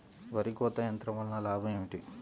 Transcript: వరి కోత యంత్రం వలన లాభం ఏమిటి?